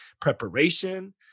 preparation